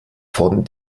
von